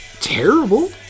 terrible